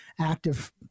active